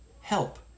help